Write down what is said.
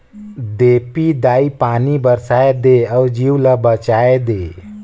देपी दाई पानी बरसाए दे अउ जीव ल बचाए दे